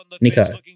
Nico